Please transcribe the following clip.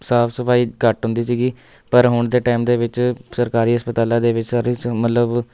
ਸਾਫ਼ ਸਫ਼ਾਈ ਘੱਟ ਹੁੰਦੀ ਸੀਗੀ ਪਰ ਹੁਣ ਦੇ ਟਾਈਮ ਦੇ ਵਿੱਚ ਸਰਕਾਰੀ ਹਸਪਤਾਲਾਂ ਦੇ ਵਿੱਚ ਸਾਰੀ ਸ ਮਤਲਬ